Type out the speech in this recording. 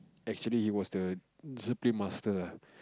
that actually was the discipline master ah